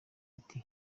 ati